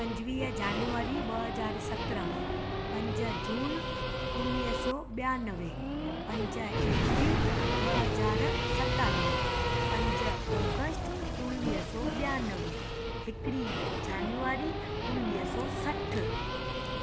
पंजवीह जानवरी ॿ हज़ार सतरहां पंज जून उणिवीह सौ ॿियानवे पंज ऐप्रिल ॿ हज़ार सतावीह पंज ओगश्ट उणिवीह सौ ॿियानवे हिकु जानवरी उणिवीह सौ सठि